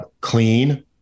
clean